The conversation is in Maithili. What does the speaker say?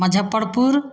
मुजफ्फरपुर